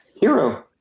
Hero